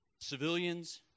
civilians